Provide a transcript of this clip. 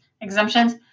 exemptions